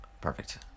perfect